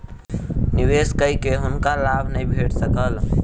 निवेश कय के हुनका लाभ नै भेट सकल